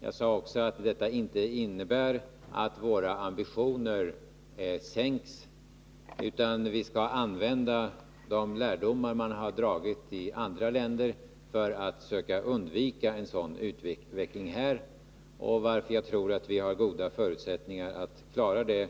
Jag sade också att detta inte innebar att våra ambitioner sänks, utan vi skall utnyttja lärdomarna från andra länder för att söka undvika en sådan utveckling här. Varför jag tror att vi har goda förutsättningar att klara det